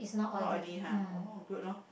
not really ha oh good loh